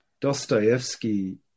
Dostoevsky